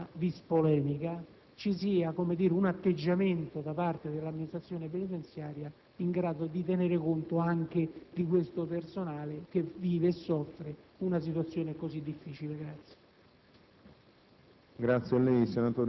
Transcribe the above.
che su tali questioni, senza *vis* polemica, ci sia un atteggiamento da parte dell'amministrazione penitenziaria in grado di tener conto anche di questo personale che vive e soffre una situazione così difficile. La